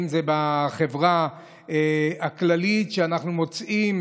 אם זה בחברה הכללית שאנחנו מוצאים,